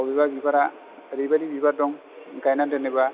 अबेबा बिबारा एरैबाइदि बिबार दं गायनानै दोनोबा